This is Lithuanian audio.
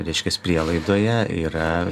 reiškiasi prielaidoje yra